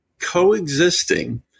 coexisting